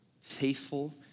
faithful